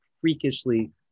freakishly